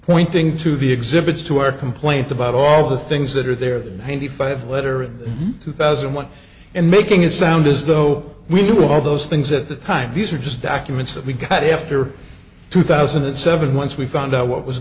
pointing to the exhibits to our complaint about all the things that are there the ninety five letter in two thousand and one and making it sound as though we knew all those things at the time these are just documents that we got after two thousand and seven once we found out what was